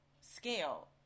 scale